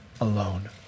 alone